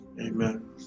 amen